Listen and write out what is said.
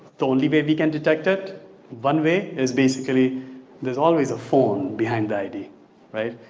the only way we can detect it one way is basically there's always a phone behind the id right?